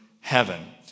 heaven